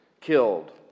killed